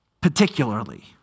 particularly